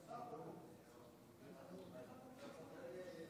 אם כך, היא תעבור לוועדת הכנסת לקביעת